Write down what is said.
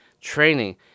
training